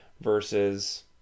versus